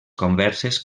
converses